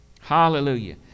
Hallelujah